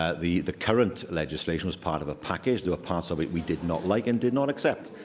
ah the the current legislation was part of a packageothere were parts of it we did not like and did not accept,